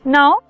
Now